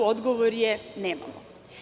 Odgovor je – nemamo.